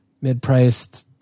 mid-priced